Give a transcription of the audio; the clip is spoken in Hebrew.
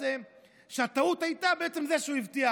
זה שהטעות הייתה בעצם זה שהוא הבטיח,